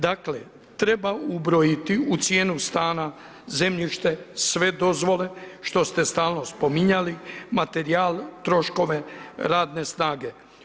Dakle, treba ubrojiti u cijenu stana zemljište, sve dozvole što ste stalno spominjali, materijal, troškove, radne snage.